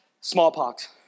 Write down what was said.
smallpox